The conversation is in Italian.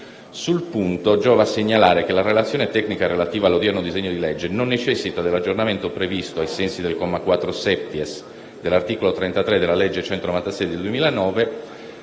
Sul punto, giova segnalare che la relazione tecnica relativa all'odierno disegno di legge non necessita dell'aggiornamento previsto, ai sensi del comma 4-*septies*, dell'articolo 33 della legge n. 196 del 2009,